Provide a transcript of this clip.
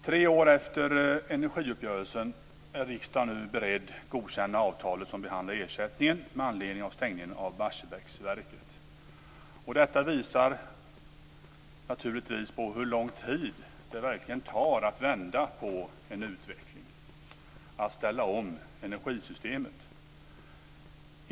Fru talman! Tre år efter energiuppgörelsen är riksdagen nu beredd att godkänna det avtal som behandlar ersättningen med anledning av stängningen av Barsebäcksverket. Detta visar naturligtvis på hur lång tid det verkligen tar att vända en utveckling, att ställa om energisystemet.